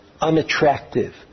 unattractive